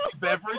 beverage